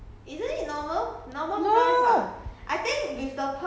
!huh! 一杯四块这样贵 ah 为什么